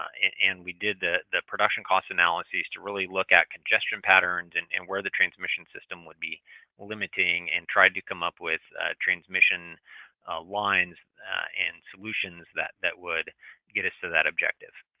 and and we did the the production cost analysis to really look at congestion patterns and and where the transmission system would be limiting, and tried to come up with transmission ah lines and solutions that that would get us to that objective.